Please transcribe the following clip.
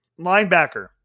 Linebacker